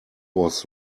was